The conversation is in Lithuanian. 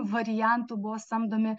variantų buvo samdomi